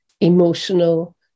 emotional